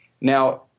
Now